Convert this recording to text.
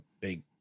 big